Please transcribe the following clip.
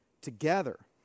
Together